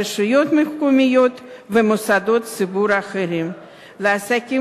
הרשויות המקומיות ומוסדות ציבור אחרים לעסקים